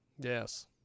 yes